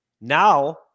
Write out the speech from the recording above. Now